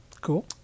Cool